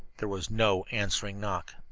there was no answering knock.